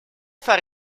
fare